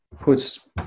puts